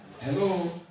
Hello